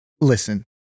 Listen